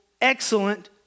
excellent